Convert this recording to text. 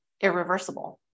irreversible